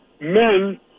men